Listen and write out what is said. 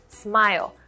smile